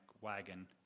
wagon